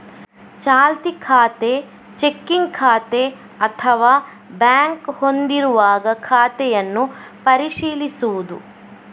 ಚಾಲ್ತಿ ಖಾತೆ, ಚೆಕ್ಕಿಂಗ್ ಖಾತೆ ಅಥವಾ ಬ್ಯಾಂಕ್ ಹೊಂದಿರುವಾಗ ಖಾತೆಯನ್ನು ಪರಿಶೀಲಿಸುವುದು